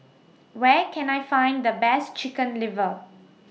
Where Can I Find The Best Chicken Liver